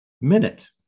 minute